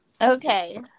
okay